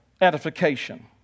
edification